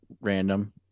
random